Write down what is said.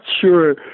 sure